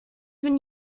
been